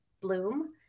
bloom